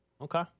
Okay